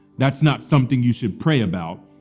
that's not something you should pray about,